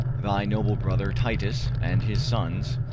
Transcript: thy noble brother titus and his sons,